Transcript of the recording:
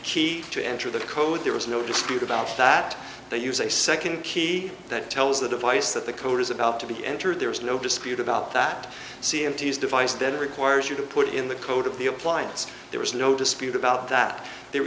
key to enter the code there is no dispute about that they use a second key that tells the device that the code is about to be entered there is no dispute about that c m t is device that requires you to put in the code of the appliance there is no dispute about that there